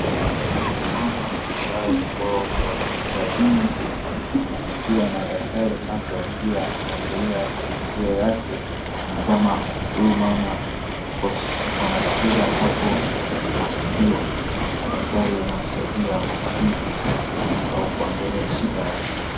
Naona mama ambaye ako kwa hospitalini akiwa na daktari hapo akiwa anaangalia sikio yake. Ni kama huyu mama ako na shida hapo maskio na daktari anamsaidia kutibu au kuangalia shida yake.